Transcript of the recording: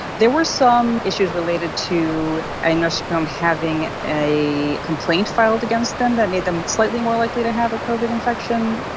there were some issues related to a nursing home having a complaint filed against them that made them slightly more likely to have a covid infection.